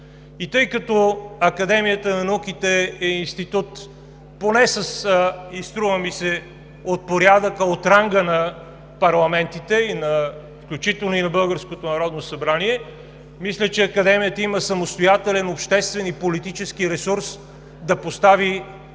И тъй като Академията на науките е институт поне, и струва ми се, от ранга на парламентите, включително и на българското Народно събрание, мисля, че Академията има самостоятелен, обществен и политически ресурс да постави